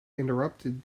interrupted